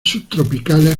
subtropicales